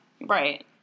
right